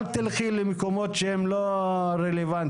אל תלכי למקומות לא רלוונטיים.